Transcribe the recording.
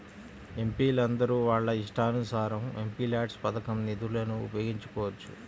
ఎంపీలందరూ వాళ్ళ ఇష్టానుసారం ఎంపీల్యాడ్స్ పథకం నిధులను ఉపయోగించుకోవచ్చు